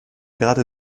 gerade